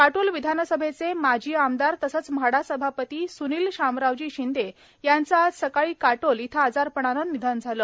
काटोल विधानसभेचे माजी आमदार तसेच म्हाडा सभापती सुनील शामरावजी शिंदे यांचे आज सकाळी काटोल येथे आजारपणाने निधन झाले